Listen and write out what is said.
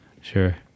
Sure